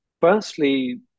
firstly